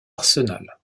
arsenal